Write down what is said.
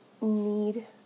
need